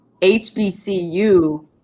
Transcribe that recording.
HBCU